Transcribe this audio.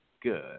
Good